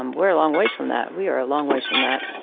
um we're a long ways from that, we are a long ways from that.